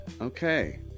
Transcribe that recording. okay